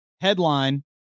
headline